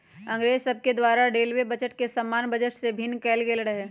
अंग्रेज सभके द्वारा रेलवे बजट के सामान्य बजट से भिन्न कएल गेल रहै